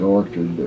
Orchard